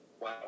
wow